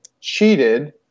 cheated